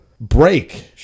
Break